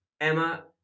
Emma